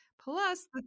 Plus